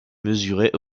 mesurés